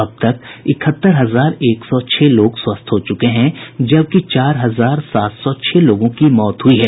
अब तक इकहत्तर हजार एक सौ छह लोग स्वस्थ हो चुके हैं जबकि चार हजार सात सौ छह लोगों की मौत हुई है